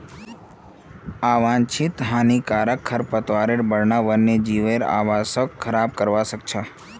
आवांछित हानिकारक खरपतवारेर बढ़ना वन्यजीवेर आवासक खराब करवा सख छ